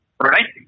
right